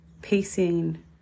pacing